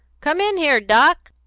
come in here, doc!